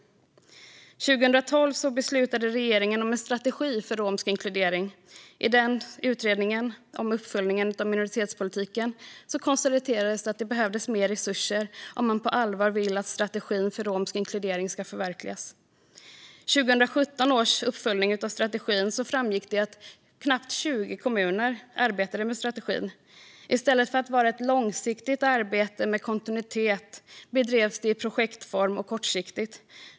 År 2012 beslutade regeringen om en strategi för romsk inkludering. Utredningen om uppföljning av minoritetspolitiken konstaterade att det behövs mer resurser om man på allvar vill att strategin för romsk inkludering ska förverkligas. I 2017 års uppföljning av strategin framgick att knappt 20 kommuner arbetade med strategin. I stället för att vara ett långsiktigt arbete med kontinuitet bedrevs det i projektform och kortsiktigt.